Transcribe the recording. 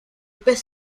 pez